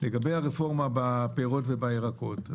לגבי הרפורמה בפירות ובירקות,